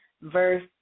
verse